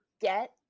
get